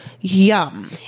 Yum